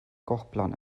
kochplan